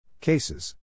Cases